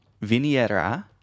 viniera